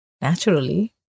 Naturally